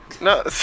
No